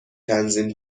تنظیم